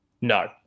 No